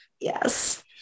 Yes